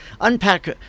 unpack